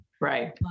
Right